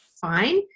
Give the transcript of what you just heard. fine